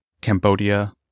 Cambodia